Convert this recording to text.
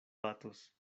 batos